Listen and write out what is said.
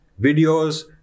videos